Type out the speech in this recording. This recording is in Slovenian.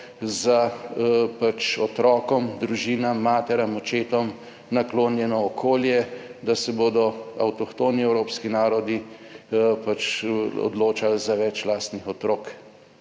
pač otrokom, družinam, materam, očetom naklonjeno okolje, da se bodo avtohtoni evropski narodi pač odločali za več lastnih otrok.